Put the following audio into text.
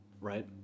right